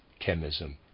chemism